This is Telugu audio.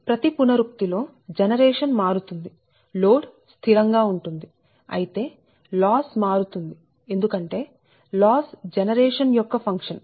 ప్రతి పునరుక్తి లో జనరేషన్ మారుతుంది లోడ్ స్థిరం గా ఉంటుంది అయితే లాస్ మారుతుంది ఎందుకంటే లాస్ జనరేషన్ యొక్క ఫంక్షన్